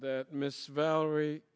that miss valerie